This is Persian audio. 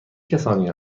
کسانی